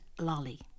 lolly